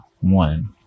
one